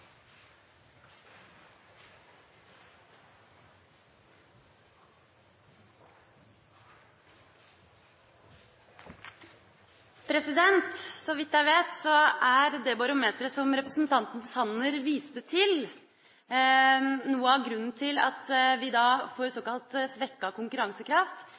konkurransekraft. Så vidt jeg vet, er det barometeret som representanten Sanner viste til, noe av grunnen til at vi da får såkalt svekket konkurransekraft.